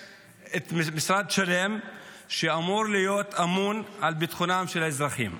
משרד שלם שאמור להיות אמון על ביטחונם של האזרחים?